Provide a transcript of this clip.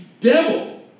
devil